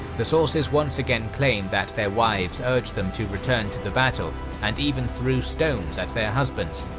the sources once again claim that their wives urged them to return to the battle and even threw stones at their husbands.